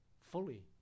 fully